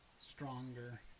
stronger